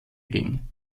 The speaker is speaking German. ging